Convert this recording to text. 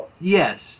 Yes